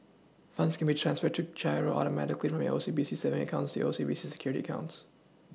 funds can be transferred through GiRO Automatically from your O C B C savings account to your O C B C Securities accounts